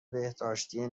بهداشتی